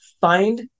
Find